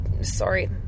Sorry